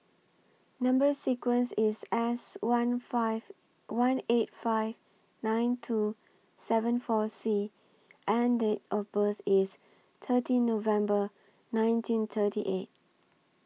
Number sequence IS S one five one eight five nine two seven four C and Date of birth IS thirteen November nineteen thirty eight